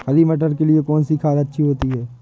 हरी मटर के लिए कौन सी खाद अच्छी होती है?